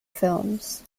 films